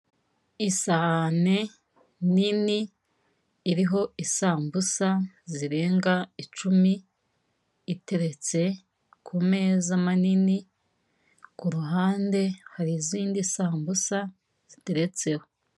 Isahane nini iriho isambusa zirenga icumi iteretse ku meza manini ku ruhande hari izindi sambusa ziteretseho.